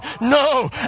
No